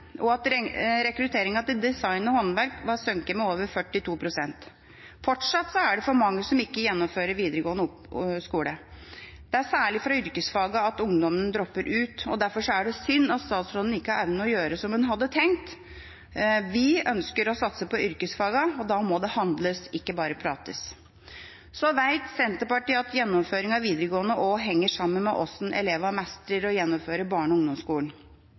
og at rekrutteringen til design og håndverk hadde sunket med over 42 pst. Fortsatt er det for mange som ikke gjennomfører videregående skole. Det er særlig fra yrkesfagene ungdommene dropper ut. Derfor er det synd at statsråden ikke har evnet å gjøre som han hadde tenkt. Vi ønsker å satse på yrkesfagene, og da må det handles, ikke bare prates. Så vet Senterpartiet at gjennomføring av videregående også henger sammen med hvordan elevene mestrer og gjennomfører barne- og ungdomsskolen.